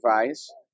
device